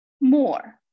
more